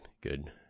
Good